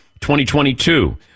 2022